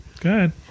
Good